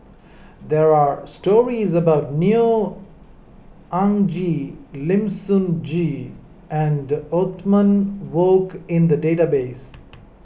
there are stories about Neo Anngee Lim Sun Gee and Othman Wok in the database